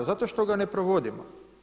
Zato što ga ne provodimo.